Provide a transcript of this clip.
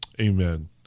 Amen